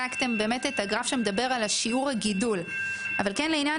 הצגתם את הגרף שמדבר על שיעור הגידול אבל לעניין